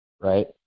right